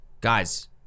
Guys